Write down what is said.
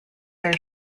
are